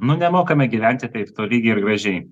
nu nemokame gyventi taip tolygiai ir gražiai